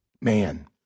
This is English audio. man